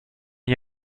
n’y